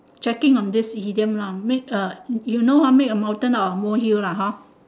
checking on this idiom lah make a you know ah make a mountain out of a molehill lah hor